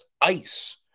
ice